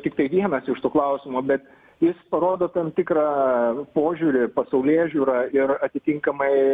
tiktai vienas iš tų klausimų bet jis parodo tam tikrą požiūrį pasaulėžiūrą ir atitinkamai